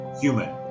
human